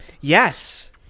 Yes